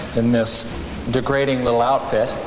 in this degrading little outfit.